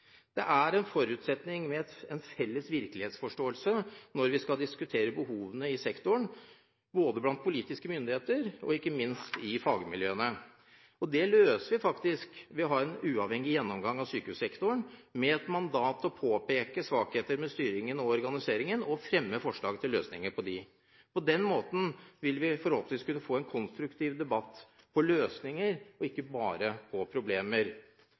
Det er en forutsetning med en felles virkelighetsforståelse når vi skal diskutere behovene i sektoren, både blant politiske myndigheter og ikke minst i fagmiljøene. Det løser vi faktisk ved å ha en uavhengig gjennomgang av sykehussektoren med det mandat å påpeke svakheter ved styringen og organiseringen og fremme forslag til løsninger på det. På den måten vil vi forhåpentligvis kunne få en konstruktiv debatt om løsninger, og ikke bare om problemer.